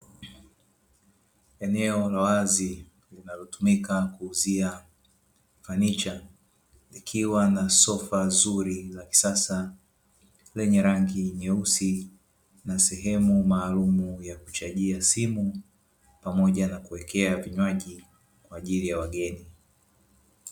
Eneo la wazi unalotumika kuuzia fanicha likiwa na sofa zuri la kisasa, lenye rangi nyeusi na sehemu maalumu ya kuchajia simu pamoja na kuwekea vinywaji kwa ajili ya wageni.